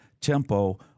tempo